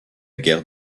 guerre